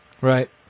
Right